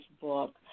book